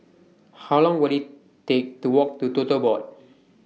How Long Will IT Take to Walk to Tote Board